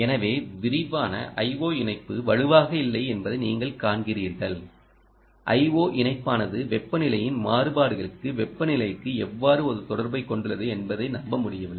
எனவே விரிவான IO இணைப்பு வலுவாக இல்லை என்பதை நீங்கள் காண்கிறீர்கள் IO இணைப்பானது வெப்பநிலையின் மாறுபாடுகளுக்கு வெப்பநிலைக்கு எவ்வாறு ஒரு தொடர்பைக் கொண்டுள்ளது என்பதை நம்பமுடியவில்லை